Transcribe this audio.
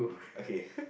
okay